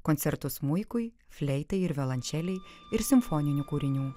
koncertus smuikui fleitai ir violončelei ir simfoninių kūrinių